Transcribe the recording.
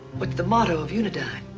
but the motto of unidyne.